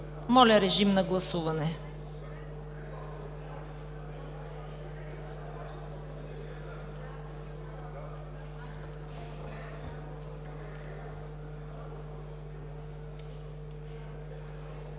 Моля, режим на гласуване.